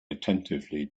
attentively